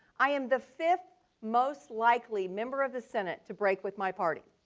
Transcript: i am the fifth most likely member of the senate to break with my party.